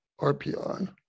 RPI